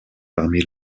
parmi